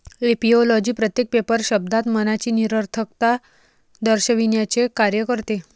ऍपिओलॉजी प्रत्येक पेपर शब्दात मनाची निरर्थकता दर्शविण्याचे कार्य करते